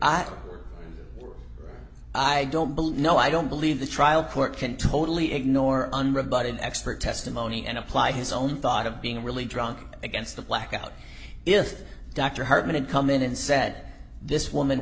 i i don't believe no i don't believe the trial court can totally ignore unrebutted expert testimony and apply his own thought of being really drunk against the blackout if dr hartmann come in and said this woman